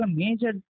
major